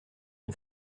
une